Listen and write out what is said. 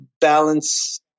balance